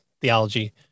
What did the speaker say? theology